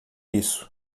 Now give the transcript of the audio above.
isso